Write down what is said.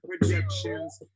projections